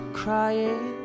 crying